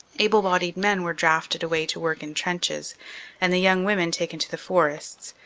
able-bodied men were drafted away to work in trenches and the young women taken to the forests,